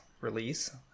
release